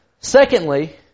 Secondly